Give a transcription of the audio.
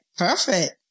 Perfect